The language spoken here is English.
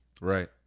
Right